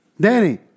Danny